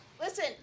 listen